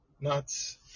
Nuts